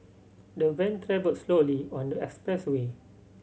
the van travelled slowly on the expressway